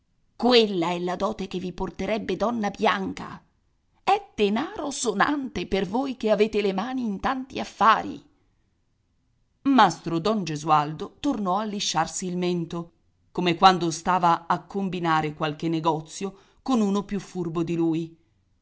quella è la dote che vi porterebbe donna bianca è denaro sonante per voi che avete le mani in tanti affari mastro don gesualdo tornò a lisciarsi il mento come quando stava a combinare qualche negozio con uno più furbo di lui